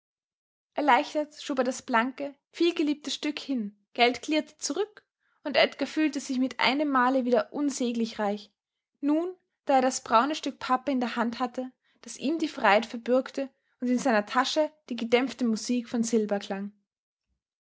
erleichtert schob er das blanke vielgeliebte stück hin geld klirrte zurück und edgar fühlte sich mit einem male wieder unsäglich reich nun da er das braune stück pappe in der hand hatte das ihm die freiheit verbürgte und in seiner tasche die gedämpfte musik von silber klang